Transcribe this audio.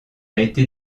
été